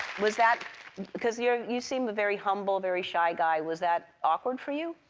was that because you you seem a very humble, very shy guy, was that awkward for you?